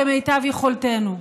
כמיטב יכולתנו.